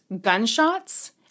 gunshots